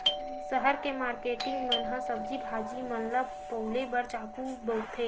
सहर के मारकेटिंग मन ह सब्जी भाजी मन ल पउले बर चाकू बउरथे